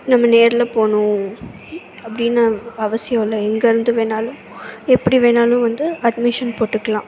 நம்ம நேரில் போகணும் அப்படின்னு அவசியம் இல்லை எங்கே இருந்து வேணுனாலும் எப்புடி வேணாலும் வந்து அட்மிஷன் போட்டுக்கலாம்